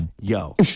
Yo